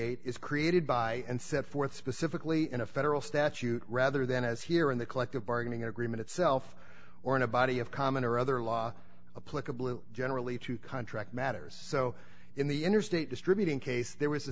repudiate is created by and set forth specifically in a federal statute rather than as here in the collective bargaining agreement itself or in a body of common or other law a political generally to contract matters so in the interstate distributing case there was a